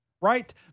right